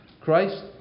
Christ